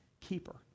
keeper